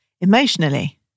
Emotionally